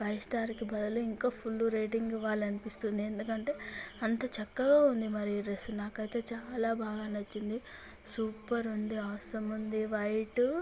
five star కి బదులు ఇంకా ఫుల్ రేటింగ్ ఇవ్వాలని అనిపిస్తుంది ఎందుకంటే అంత చక్కగా ఉంది మరి ఈ డ్రెస్సు నాకు అయితే చాలా బాగా నచ్చింది సూపర్ ఉంది ఆసమ్ ఉంది వైటు